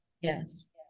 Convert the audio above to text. Yes